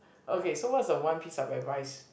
okay so what's the one piece of advice